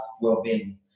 wellbeing